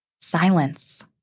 silence